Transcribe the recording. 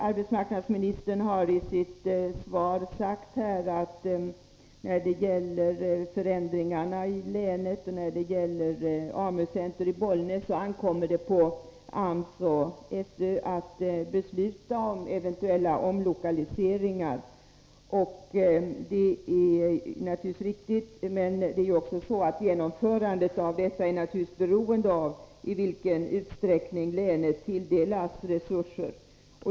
Arbetsmarknadsministern har i sitt svar — när det gäller förändringar i länet och AMU-center i Bollnäs — sagt att det ankommer på AMS och SÖ att besluta om eventuella omlokaliseringar. Det är naturligtvis riktigt, men genomförandet är ändå beroende av i vilken utsträckning länet tilldelas resurser.